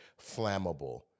flammable